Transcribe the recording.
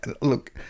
Look